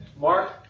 Mark